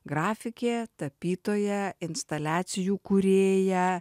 grafikė tapytoja instaliacijų kūrėja